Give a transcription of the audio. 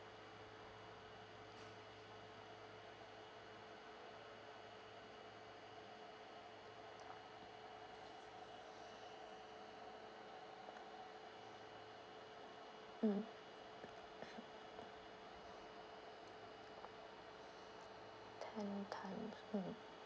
mm ten times mm